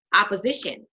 opposition